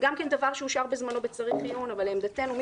זה גם דבר שאושר בזמנו בצריך עיון אבל לעמדתנו,